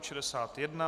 61.